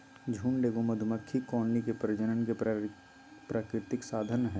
झुंड एगो मधुमक्खी कॉलोनी के प्रजनन के प्राकृतिक साधन हइ